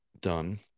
done